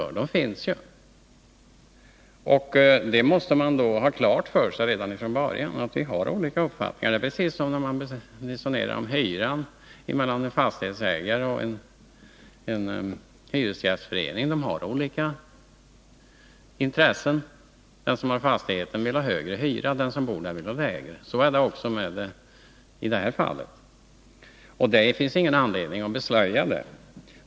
Redan från början måste man ha klart för sig att det förekommer olika uppfattningar. Det är precis som när en fastighetsägare och en hyresgästförenjng resonerar om hyrorna. De har olika intressen. Den som äger fastigheten vill ha högre hyra, och den som bor där vill ha lägre hyra. Så är det också i det här fallet. Det finns ingen anledning att beslöja detta faktum.